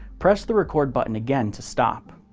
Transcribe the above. press the record button again to stop.